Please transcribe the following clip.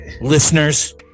listeners